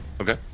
Okay